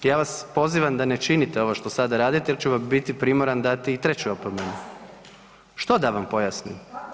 Ja vas pozivam da ne činite ovo što sada radite jer ću biti primoran dati vam treću opomenu. … [[Upadica se ne razumije.]] Što da vam pojasnim?